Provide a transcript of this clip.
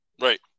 Right